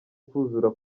kuzura